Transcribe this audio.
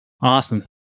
Awesome